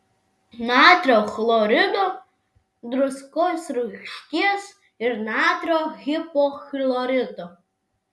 natrio chlorido druskos rūgšties ir natrio hipochlorito